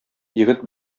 егет